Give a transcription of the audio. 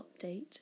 update